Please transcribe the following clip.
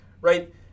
right